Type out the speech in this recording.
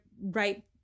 right